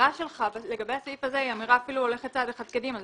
האמירה שלך לגבי הסעיף הזה היא אמירה שאפילו הולכת צעד אחד קדימה.